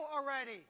already